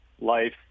life